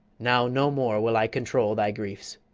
now no more will i control thy griefs.